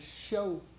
show